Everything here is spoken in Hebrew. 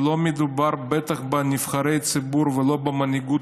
ובטח שלא מדובר בנבחרי ציבור ולא במנהיגות